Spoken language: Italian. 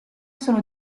sono